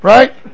Right